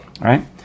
Right